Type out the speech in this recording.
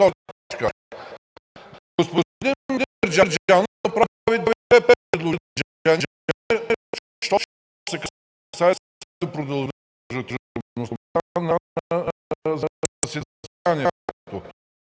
Това е много